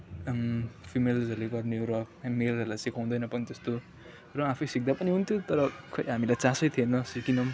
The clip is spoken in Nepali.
फिमेल्सरूले गर्ने हो र मेलहरूलाई सिकाउँदैन पनि त्यस्तो र आफै सिक्दा पनि हुन्थ्यो तर खोइ हामीलाई चासै थिएन सिकेनौँ